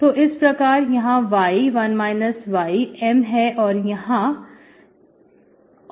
तो इस प्रकार यहां y1 y M है और X यहां N है